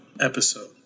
episode